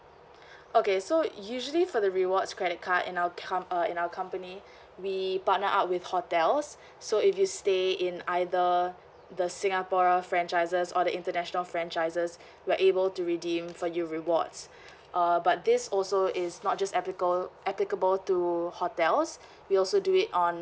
okay so usually for the rewards credit card in our com~ uh in our company we partnered up with hotels so if you stay in either the singapore franchises or the international franchises we're able to redeem for you rewards uh but this also is not just applica~ applicable to hotels we also do it on